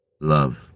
love